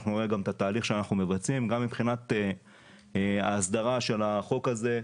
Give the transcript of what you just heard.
אנחנו נראה את התהליך שאנחנו מבצעים גם מבחינת ההסדרה של החוק הזה,